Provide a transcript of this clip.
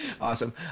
Awesome